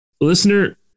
Listener